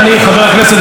מבחינה צבאית,